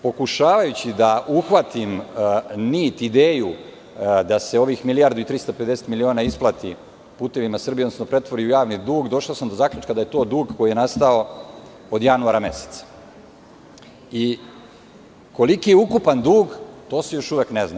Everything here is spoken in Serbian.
Pokušavajući da uhvatim nit, ideju da se ovih 1.350.000.000 miliona isplati "Putevima Srbije" odnosno pretvori u javni dug, došao sam do zaključka da je to dug koji je nastao od januara meseca, i koliki je ukupan dug to se još uvek ne zna.